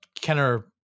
Kenner